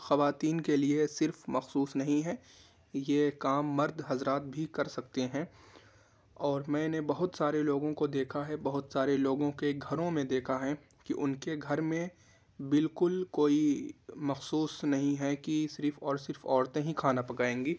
خواتین کے لیے صرف مخصوص نہیں ہے یہ کام مرد حضرات بھی کر سکتے ہیں اور میں نے بہت سارے لوگوں کو دیکھا ہے بہت سارے لوگوں کے گھروں میں دیکھا ہے کہ ان کے گھر میں بالکل کوئی مخصوص نہیں ہے کہ صرف اور صرف عورتیں ہی کھانا پکائیں گی